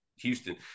houston